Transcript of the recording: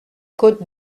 côte